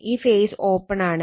ഈ phase open ആണ്